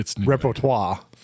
repertoire